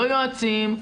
לא יועצים,